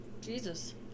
Jesus